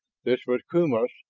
this was kumiss,